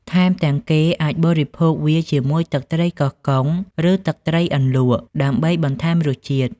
ថែមទាំងគេអាចបរិភោគវាជាមួយទឹកត្រីកោះកុង ឬទឹកត្រីអន្លក់ ដើម្បីបន្ថែមរសជាតិ។